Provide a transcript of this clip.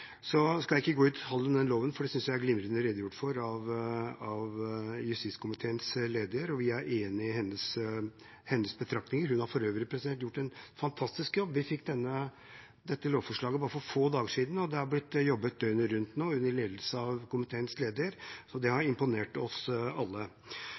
Så skal jeg ikke gå i detalj om den loven, for den synes jeg er glimrende redegjort for av justiskomiteens leder, og jeg er enig i hennes betraktninger. Hun har for øvrig gjort en fantastisk jobb. Vi fikk dette lovforslaget for bare få dager siden, og det har blitt jobbet døgnet rundt nå, under ledelse av komiteens leder, og det har